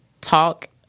talk